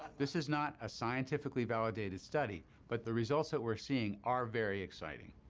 this is not a scientifically validated study, but the results that we're seeing are very exciting.